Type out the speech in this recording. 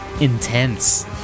intense